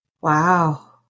Wow